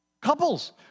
Couples